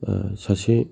सासे